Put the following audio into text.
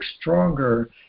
stronger